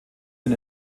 den